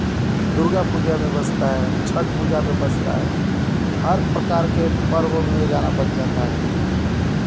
दुर्गा पूजा में बजता है छठ पूजा पे बजता है हर प्रकार के पर्व में ये गाना बज जाता है